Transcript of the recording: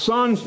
Son